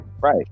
Right